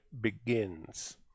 begins